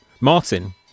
Martin